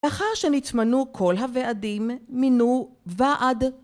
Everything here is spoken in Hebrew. לאחר שנתמנו כל הוועדים, מינו ועד.